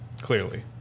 Clearly